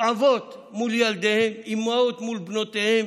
אבות מול ילדיהם, אימהות מול בנותיהן,